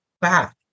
back